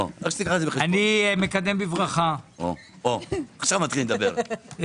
פומבית בוועדת הכספים,